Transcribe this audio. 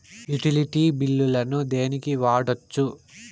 Utility బిల్లులను దేనికి వాడొచ్చు?